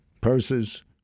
purses